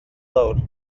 lawr